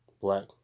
Black